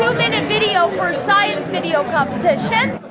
minute video for a science video competition.